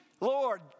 Lord